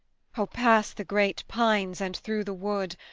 oh, pass the great pines and through the wood,